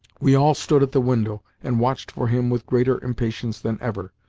we all stood at the window, and watched for him with greater impatience than ever.